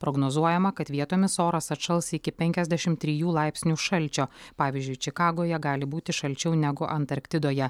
prognozuojama kad vietomis oras atšals iki penkiasdešim trijų laipsnių šalčio pavyzdžiui čikagoje gali būti šalčiau negu antarktidoje